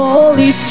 Holy